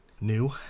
new